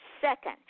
second